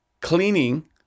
cleaning